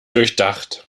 durchdacht